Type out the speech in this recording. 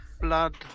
blood